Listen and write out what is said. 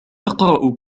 أقرأ